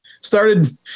started